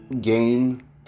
game